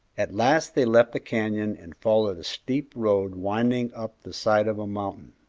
at last they left the canyon and followed a steep road winding up the side of a mountain,